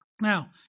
Now